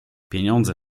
pieniądze